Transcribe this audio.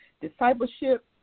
discipleship